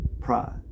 pride